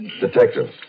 Detective